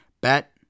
Bet